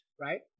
right